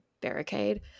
barricade